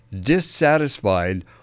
dissatisfied